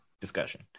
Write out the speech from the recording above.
discussion